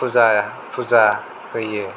फुजा फुजा होयो